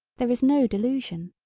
there is no delusion.